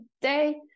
today